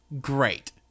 great